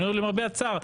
ואני אומר למרבה הצער,